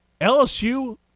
LSU